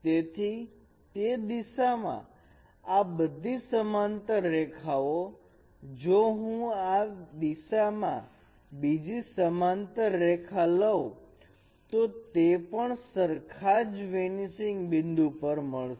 તેથી તે દિશા માં આ બધી સમાંતર રેખાઓ જો હું આ દિશા માં બીજી સમાંતર રેખા લવ તો તે પણ સરખા જ વેનિસિંગ બિંદુ પર મળશે